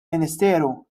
ministeru